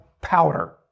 powder